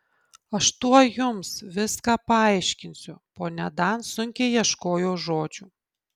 aš tuoj jums viską paaiškinsiu ponia dan sunkiai ieškojo žodžių